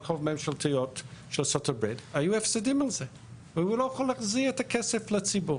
חוב ממשלתיות היו הפסדים והוא לא יכל להחזיר את הכסף לציבור.